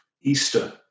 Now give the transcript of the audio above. Easter